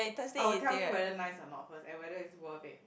I will tell you whether nice or not first and whether is worth it